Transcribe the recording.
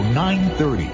930